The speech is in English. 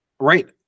Right